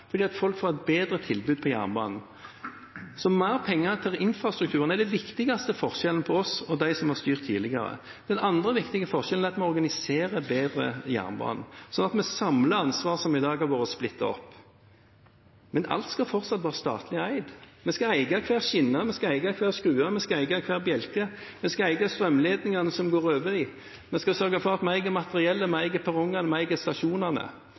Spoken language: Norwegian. penger til infrastruktur er den viktigste forskjellen på oss og dem som har styrt tidligere. Den andre viktige forskjellen er at vi organiserer jernbanen bedre, slik at vi samler ansvar som i dag har vært splittet opp. Men alt skal fortsatt være statlig eid. Vi skal eie hver skinne. Vi skal eie hver skrue. Vi skal eie hver bjelke. Vi skal eie strømledningene som går over dem. Vi skal sørge for at vi eier materiellet, eier perrongene, eier stasjonene,